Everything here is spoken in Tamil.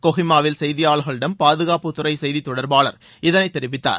கொஹிமாவில் செய்தியாளர்களிடம் பாதுகாப்பு துறை செய்தி தொடர்பாளர் இதனை தெரிவித்தார்